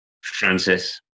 Francis